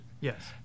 Yes